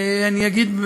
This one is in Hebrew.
אני אגיד,